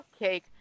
cupcake